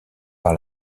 par